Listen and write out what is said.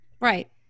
Right